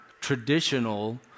traditional